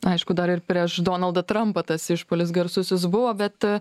aišku dar ir prieš donaldą trampą tas išpuolis garsusis buvo bet